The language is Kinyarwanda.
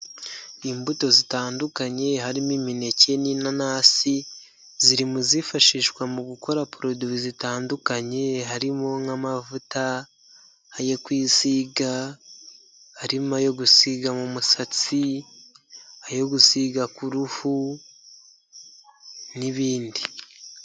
Imbuto zitandukanye harimo imineke n'inanasi ziri mu zifashishwa mu gukora poroduwi zitandukanye, harimo nk'amavuta yo kusiga, harimo ayo gusiga mu musatsi, ayo gusiga ku ruhu n'ibindi.